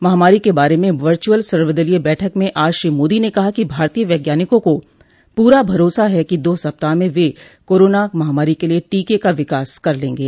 महामारी के बारे में वर्च्अल सर्वदलीय बैठक में आज श्री मोदी ने कहा कि भारतीय वैज्ञानिकों को पूरा भरोसा है कि दो सप्ताह में वे कोरोना महामारी के लिए टीके का विकास कर लेंगे